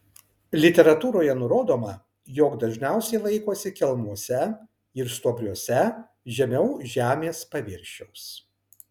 literatūroje nurodoma jog dažniausiai laikosi kelmuose ir stuobriuose žemiau žemės paviršiaus